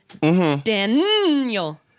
Daniel